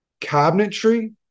cabinetry